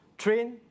Train